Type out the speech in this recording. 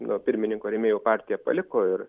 pirmininko rėmėjų partiją paliko ir